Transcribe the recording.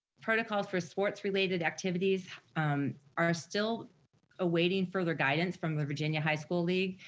protocols for sports-related activities are still awaiting further guidance from the virginia high school league,